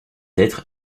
être